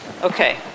Okay